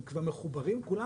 הם כבר מחוברים כולם,